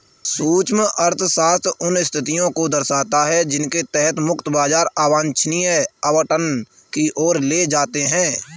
सूक्ष्म अर्थशास्त्र उन स्थितियों को दर्शाता है जिनके तहत मुक्त बाजार वांछनीय आवंटन की ओर ले जाते हैं